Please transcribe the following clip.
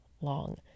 long